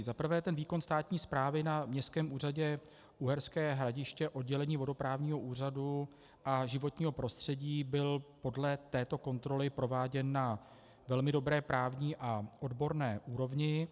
Za prvé výkon státní správy na Městském úřadě Uherské hradiště, oddělení vodoprávního úřadu a životního prostředí, byl podle této kontroly prováděn na velmi dobré právní a odborné úrovni.